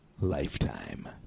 lifetime